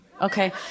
okay